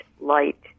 light